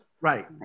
right